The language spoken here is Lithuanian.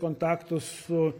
kontaktus su